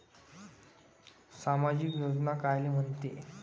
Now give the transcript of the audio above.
सामाजिक योजना कायले म्हंते?